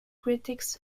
critics